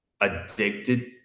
addicted